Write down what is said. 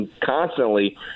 constantly